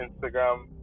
Instagram